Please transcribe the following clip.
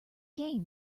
gain